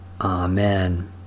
Amen